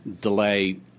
delay